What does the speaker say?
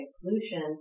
pollution